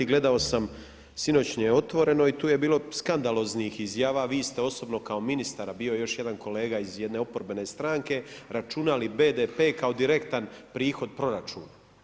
Gledao sam sinoćnje Otvoreno i tu je bilo skandaloznih izjava, vi ste osobno kao ministar a bio je još jedan kolega iz jedne oporbene stranke računali BDP kao direktan prihod proračuna.